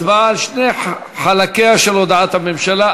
הצבעה על שני חלקיה של הודעת הממשלה,